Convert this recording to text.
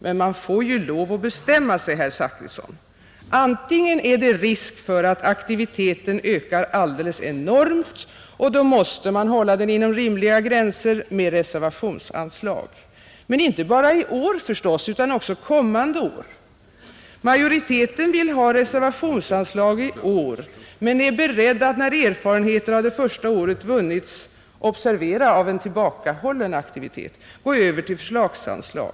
Men man får ju lov att bestämma sig, herr Zachrisson. Det kan vara ”risk” för att aktiviteten ökar alldeles enormt, och då måste man med reservationsanslag hålla den inom rimliga gränser, men inte bara i år, förstås, utan också kommande år. Majoriteten vill ha reservationsanslag i år, men den är beredd att när erfarenheter av det första året vunnits — observera: av en tillbakahållen aktivitet — gå över till förslagsanslag.